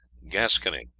gascony,